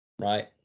Right